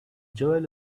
joel